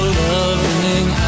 loving